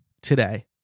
today